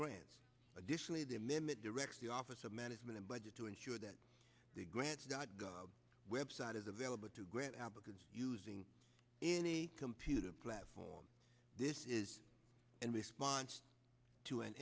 grants additionally the amendment directs the office of management and budget to ensure that the grants dot gov website is available to grant applicants using in a computer platform this is an response to an